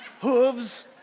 hooves